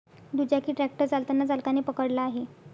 दुचाकी ट्रॅक्टर चालताना चालकाने पकडला आहे